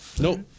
Nope